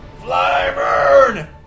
Flyburn